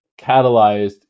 catalyzed